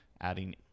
adding